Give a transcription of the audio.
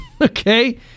okay